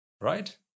Right